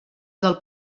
del